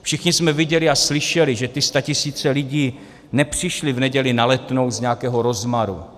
Všichni jsme viděli a slyšeli, že ty statisíce lidí nepřišly v neděli na Letnou z nějakého rozmaru.